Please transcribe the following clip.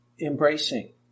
embracing